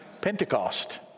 Pentecost